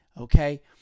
okay